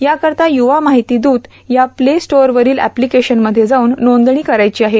याकरिता युवा माहिती दूत या प्ले स्टोरवरील एप्लिकेशनमध्ये जाऊन नोंदणी करावयाची आहे